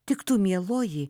tik tu mieloji